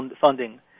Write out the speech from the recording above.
funding